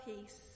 peace